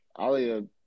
Alia